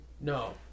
No